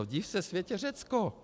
Div se světe, Řecko!